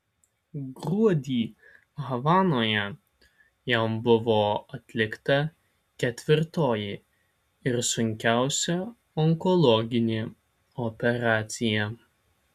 gruodį havanoje jam buvo atlikta ketvirtoji ir sunkiausia onkologinė operacija